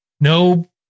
no